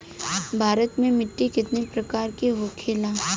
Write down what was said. भारत में मिट्टी कितने प्रकार का होखे ला?